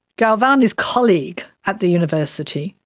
galvani's colleague at the university,